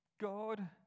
God